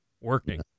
working